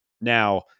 now